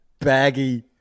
baggy